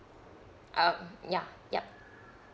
uh yeah yup